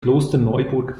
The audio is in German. klosterneuburg